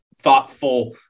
thoughtful